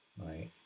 right